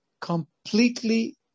completely